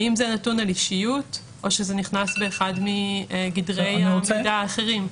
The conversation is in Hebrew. האם זה נתון על אישיות או שזה נכנס באחד מגדרי המידע האחרים?